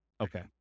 Okay